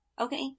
Okay